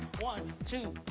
one, two,